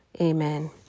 Amen